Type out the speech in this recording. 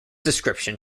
description